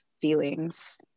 feelings